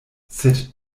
sed